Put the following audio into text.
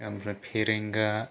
ओमफ्राय फेरेंगा